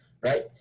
right